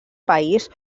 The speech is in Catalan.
país